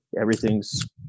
everything's